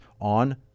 on